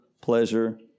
pleasure